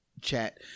chat